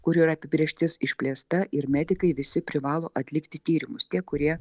kur yra apibrėžtis išplėsta ir medikai visi privalo atlikti tyrimus tie kurie